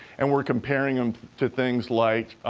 and we're comparing them to things like.